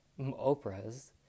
Oprah's